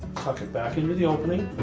tuck it back into the opening.